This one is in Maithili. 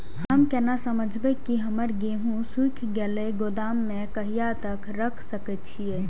हम केना समझबे की हमर गेहूं सुख गले गोदाम में कहिया तक रख सके छिये?